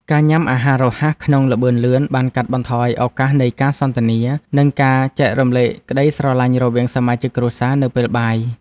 ការញ៉ាំអាហាររហ័សក្នុងល្បឿនលឿនបានកាត់បន្ថយឱកាសនៃការសន្ទនា និងការចែករំលែកក្តីស្រលាញ់រវាងសមាជិកគ្រួសារនៅពេលបាយ។